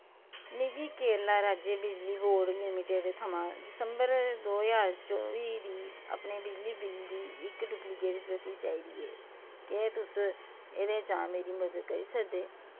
मिगी केरला राज्य बिजली बोर्ड लिमिटड थमां दिसंबर दो ज्हार चौबी दी अपने बिजली बिल दी इक डुप्लीकेट प्रति चाहिदी ऐ क्या तुस एह्दे च मेरी मदद करी सकदे